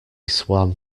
swam